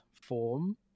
form